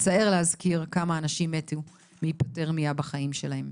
מצער להזכיר כמה אנשים מתו מהיפותרמיה בחיים שלהם.